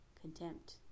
contempt